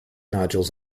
nodules